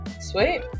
sweet